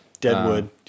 Deadwood